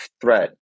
threat